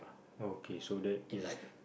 okay so that is a